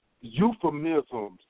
Euphemisms